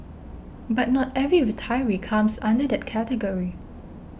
but not every retiree comes under that category